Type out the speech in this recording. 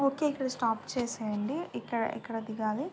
okay ఇక్కడ stop చేసేయండి ఇక్కడ ఇక్కడ దిగాలి